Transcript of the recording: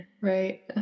Right